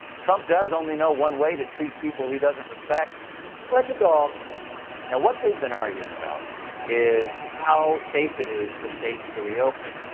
trump does only know one way to treat people he doesn't respect like a dog stephen now, what they've been arguing about is how safe it is for states to reopen.